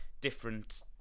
different